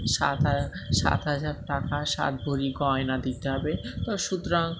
সাত হাজা সাত হাজার টাকা সাত ভরি গয়না দিতে হবে তো সুতরাং